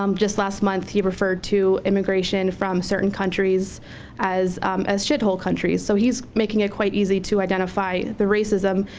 um just last month he referred to immigration from certain countries as as shithole countries, so he's making it quite easy to identify the racism,